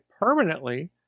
permanently